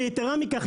ויתרה מכך,